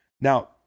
Now